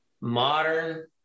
modern